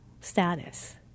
status